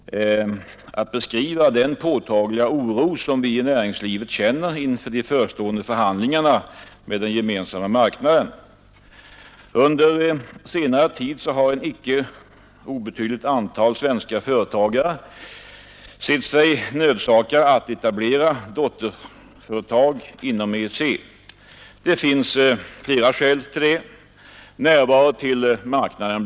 Herr talman! Jag ber att få tacka statsrådet för svaret på min fråga, även om jag måste konstatera att jag är litet förvånad över hur lätt handelsministern avfärdade det problem som jag har berört. Med min fråga har jag velat ge uttryck för den påtagliga oro som vi inom näringslivet känner inför de förestående förhandlingarna med Gemensamma marknaden. Under senare tid har ett icke obetydligt antal svenska företagare sett sig nödsakade att etablera dotterföretag i EEC-området. Det finns flera skäl till det, bl.a. närhet till marknaden.